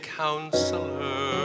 counselor